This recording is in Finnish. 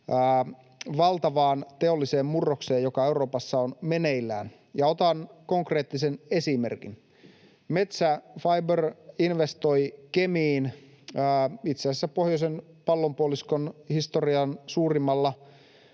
valtavaan teolliseen murrokseen, joka Euroopassa on meneillään. Otan konkreettisen esimerkin. Metsä Fibre investoi Kemiin pohjoisen pallonpuoliskon historian suurimmalla